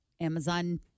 Amazon